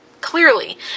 Clearly